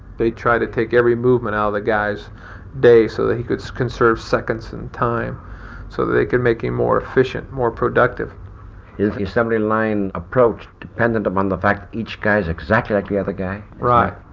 they'd try to take every movement out of the guy's day so that he could conserve seconds and time so they could make him more efficient, more productive is the assembly line approach dependent upon the fact each guy's exactly like the other guy? right.